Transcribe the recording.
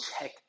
check